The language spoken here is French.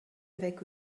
avec